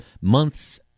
months